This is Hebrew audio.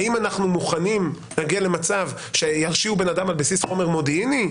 האם אנחנו מוכנים להגיע למצב שירשיעו בן אדם על בסיס חומר מודיעיני?